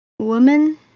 Woman